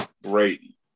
Brady